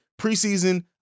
Preseason